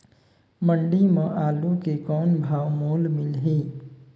मंडी म आलू के कौन भाव मोल मिलही?